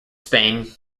spain